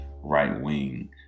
right-wing